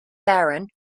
baron